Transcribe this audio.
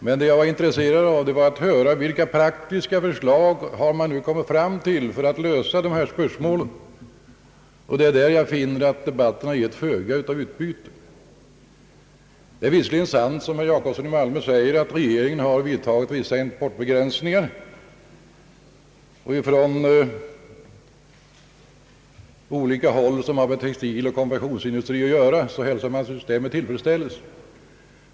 Men jag var intresserad av att höra vilka praktiska förslag man nu har kommit fram till för att lösa dessa problem, och därvidlag finner jag att debatten givit föga utbyte. Det är visserligen sant som herr Jacobsson i Malmö säger, att regeringen har vidtagit vissa importbegränsningar. På olika håll där man har med textiloch konfektionsindustri att göra hälsar man naturligtvis detta med tillfredsställelse.